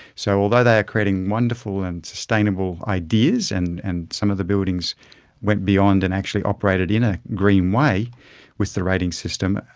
so although they are creating wonderful and sustainable ideas, and and some of the buildings went beyond and actually operated in a green way with the rating system,